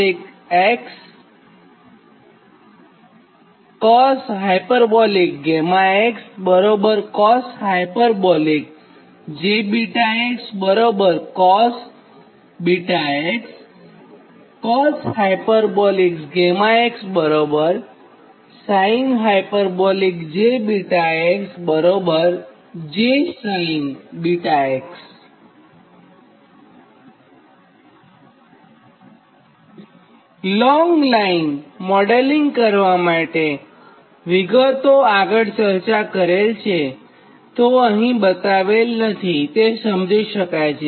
long line modelling કરવા માટેની વિગતો આગળ ચર્ચા કરેલ છે તેથી અહીં બતાવેલ નથીતે સમજી શકાય છે